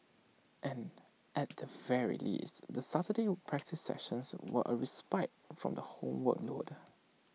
and at the very least the Saturday practice sessions were A respite from the homework load